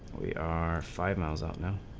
we are five miles ah you know